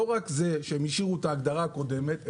לא רק זה שהם השאירו את ההגדרה הקודמת אלא